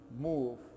move